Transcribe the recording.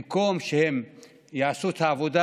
במקום שהם יעשו את העבודה,